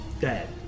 dead